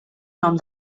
nom